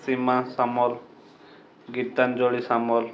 Seema Samal Gitanjali Samal